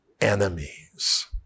enemies